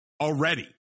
already